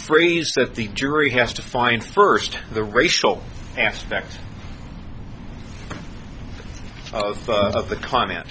phrase that the jury has to find first the racial aspect of the climate